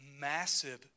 massive